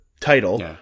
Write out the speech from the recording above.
title